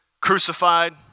crucified